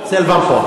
סילבן פה.